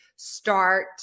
start